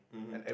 mmhmm